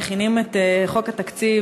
מכינים את חוק התקציב,